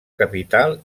capital